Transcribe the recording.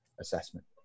assessment